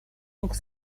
пункт